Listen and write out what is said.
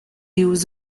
use